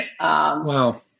Wow